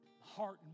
heart